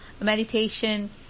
meditation